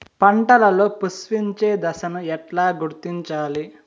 పంటలలో పుష్పించే దశను ఎట్లా గుర్తించాలి?